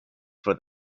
for